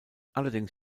allerdings